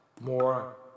more